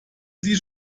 sie